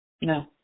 No